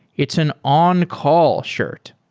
it's an on-call shirt.